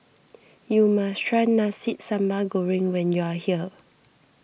you must try Nasi Sambal Goreng when you are here